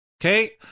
okay